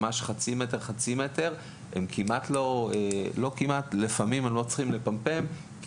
ממש חצי מטר-חצי מטר הם לפעמים לא יצטרכו לפמפם כי